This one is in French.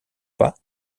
pas